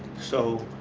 so,